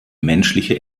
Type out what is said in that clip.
menschliche